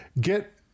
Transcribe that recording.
get